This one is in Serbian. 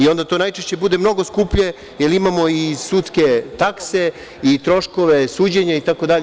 Onda to najčešće bude mnogo skuplje, jer imamo i sudske takse i troškove suđenja itd.